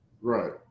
right